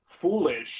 foolish